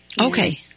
Okay